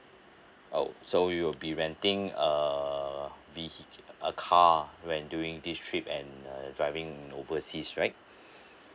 oh so you will be renting err vehi~ a car when during this trip and err driving overseas right